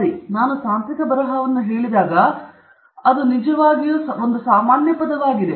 ಸರಿ ನಾನು ತಾಂತ್ರಿಕ ಬರಹವನ್ನು ಹೇಳಿದಾಗ ಅದು ನಿಜವಾಗಿಯೂ ನಾನು ಅಲ್ಲಿ ಹಾಕಿದ ಸಾಮಾನ್ಯ ಪದವಾಗಿದೆ